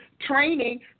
Training